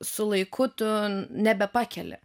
su laiku tu nebepakeli